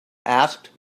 asked